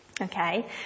Okay